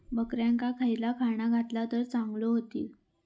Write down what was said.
बकऱ्यांका खयला खाणा घातला तर चांगल्यो व्हतील?